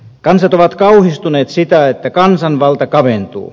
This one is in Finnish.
kansat ovat kauhistuneet siitä että kansanvalta kaventuu